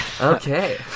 Okay